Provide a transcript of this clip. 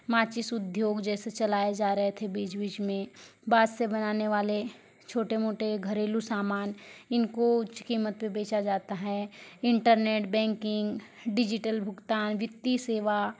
माचिस उद्योग जैसे चलाए जा रहे थे बीच बीच में बाँस बनाने वाले छोटे मोटे घरेलू सामान इनको उच्च कीमत पे बेचा जाता है इन्टरनेट बैंकिंग डिजिटल भुगतान वित्तीय सेवा